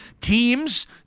teams